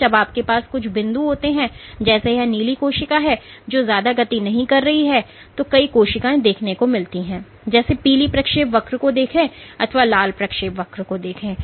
जब आपके पास कुछ बिंदु होते हैं जैसे यह नीली कोशिका है जो ज्यादा गति नहीं कर रही और भी कई कोशिकाएं देखने को मिलती है जैसे पीली प्रक्षेप वक्र को देखें और अथवा लाल प्रक्षेप वक्र को देखें